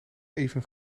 even